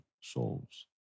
souls